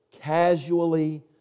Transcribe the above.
casually